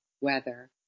weather